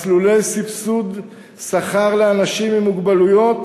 מסלולי סבסוד שכר לאנשים עם מוגבלויות,